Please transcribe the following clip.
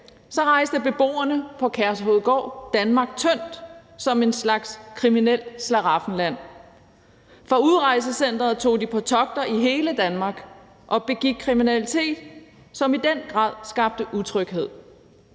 rejste beboerne på Kærshovedgård Danmark tyndt som en slags kriminelt slaraffenland. Fra udrejsecenteret tog de på togter i hele Danmark og begik kriminalitet, som i den grad skabte utryghed.